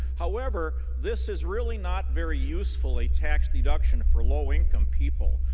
however this is really not very useful a tax-deductible for low income people.